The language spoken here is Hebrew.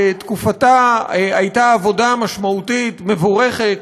בתקופתה הייתה עבודה משמעותית, מבורכת,